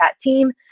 team